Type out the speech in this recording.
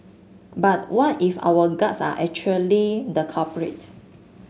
but what if our guts are actually the culprit